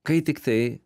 kai tiktai